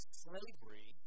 slavery